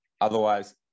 otherwise